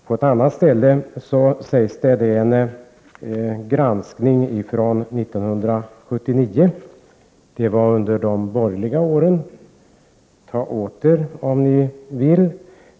På ett annat ställe nämns en granskning från 1979. Det var under de borgerliga åren. Ta åt er, om ni vill!